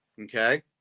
Okay